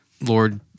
Lord